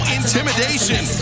intimidation